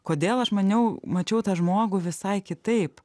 kodėl aš maniau mačiau tą žmogų visai kitaip